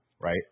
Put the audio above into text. right